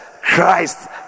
Christ